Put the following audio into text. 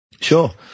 Sure